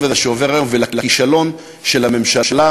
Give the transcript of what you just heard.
הזה שעובר היום ולכישלון של הממשלה,